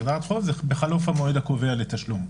זה בחלוף המועד הקובע לתשלום.